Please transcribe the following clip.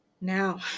Now